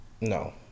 No